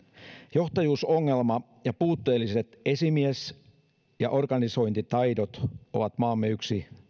johtajuusongelma ja puutteelliset esimies ja organisointitaidot ovat maamme yksi